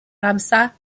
ramsar